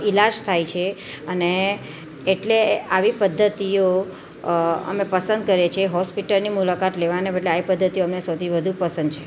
ઈલાજ થાય છે અને એટલે આવી પદ્ધતિઓ અમે પસંદ કરીએ છીએ હૉસ્પિટલની મુલાકાત લેવાને બદલે આવી પદ્ધતિઓ અમને શોધવી વધુ પસંદ છે